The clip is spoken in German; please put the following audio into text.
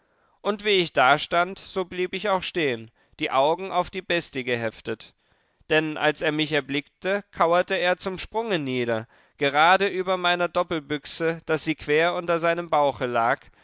und wie ich dastand so blieb ich auch stehen die augen auf die bestie geheftet denn als er mich erblickte kauerte er zum sprunge nieder gerade über meiner doppelbüchse daß sie quer unter seinem bauche lag